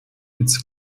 its